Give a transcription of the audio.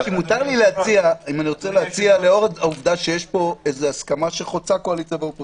לאור העובדה שיש פה הסכמה שחוצה קואליציה ואופוזיציה